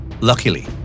Luckily